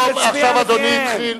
טוב, עכשיו אדוני התחיל,